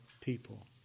people